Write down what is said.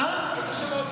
אילו שמות?